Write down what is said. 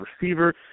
receiver